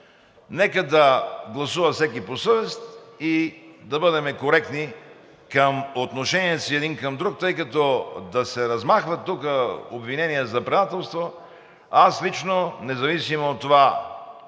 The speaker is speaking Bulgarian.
нека да гласува всеки по съвест и да бъдем коректни в отношенията си един към друг, тъй като да се размахват тук обвинения за предателство, аз лично, независимо от това,